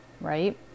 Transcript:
right